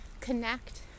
Connect